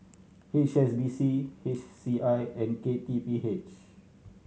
H S B C H C I and K T P H